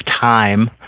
time